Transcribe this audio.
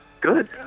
Good